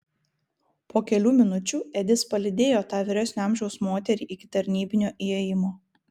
po kelių minučių edis palydėjo tą vyresnio amžiaus moterį iki tarnybinio įėjimo